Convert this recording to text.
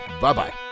Bye-bye